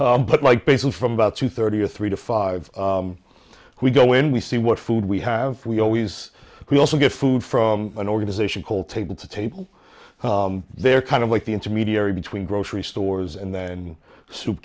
school but like basal from about two thirty or three to five we go in we see what food we have we always we also get food from an organization called table to table they're kind of like the intermediary between grocery stores and then soup